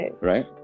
Right